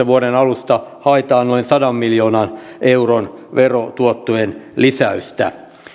vuoden kaksituhattaseitsemäntoista alusta haetaan noin sadan miljoonan euron verotuottojen lisäystä